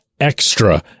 extra